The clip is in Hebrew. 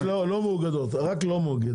יש לא מאוגדות, רק לא מאוגדות.